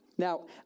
Now